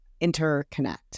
interconnect